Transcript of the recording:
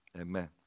Amen